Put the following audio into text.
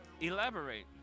Elaborate